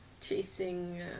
chasing